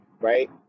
right